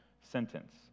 sentence